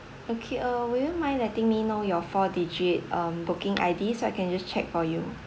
okay uh will you mind letting me know your four digit um booking I_D so I can just check for you